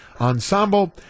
ensemble